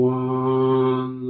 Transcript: one